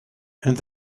and